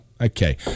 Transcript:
okay